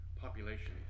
population